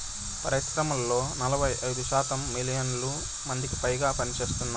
పరిశ్రమల్లో నలభై ఐదు శాతం మిలియన్ల మందికిపైగా పనిచేస్తున్నారు